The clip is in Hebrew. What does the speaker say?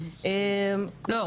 לא,